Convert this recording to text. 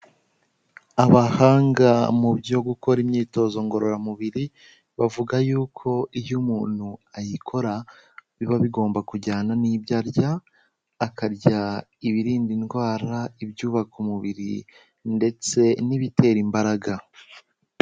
Abahanga mu byo gukora imyitozo ngororamubiri bavuga yuko iyo umuntu ayikora biba bigomba kujyana n'ibyo arya, akarya ibirinda indwara, ibyubaka umubiri ndetse n'ibitera imbaraga.